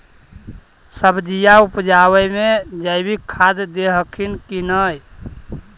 सब्जिया उपजाबे मे जैवीक खाद दे हखिन की नैय?